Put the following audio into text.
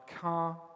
car